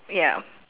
ya